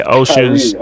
oceans